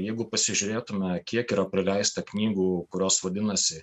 jeigu pasižiūrėtume kiek yra prileista knygų kurios vadinasi